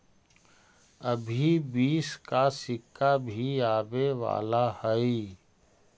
अभी बीस का सिक्का भी आवे वाला हई